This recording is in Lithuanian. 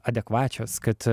adekvačios kad